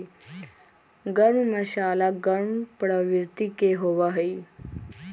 गर्म मसाला गर्म प्रवृत्ति के होबा हई